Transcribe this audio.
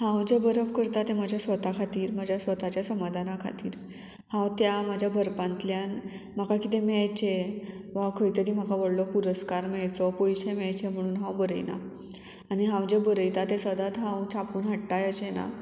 हांव जें बरप करतां तें म्हज्या स्वता खातीर म्हाज्या स्वताच्या समादाना खातीर हांव त्या म्हाज्या बरपांतल्यान म्हाका कितें मेळचें वा खंय तरी म्हाका व्हडलो पुरस्कार मेळचो पयशे मेळचे म्हणून हांव बरयना आनी हांव जे बरयता तें सदांच हांव छापून हाडटाय अशें ना